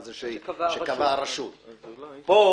ונתן יד והעלים עין אני רוצה לתת לו סמכות,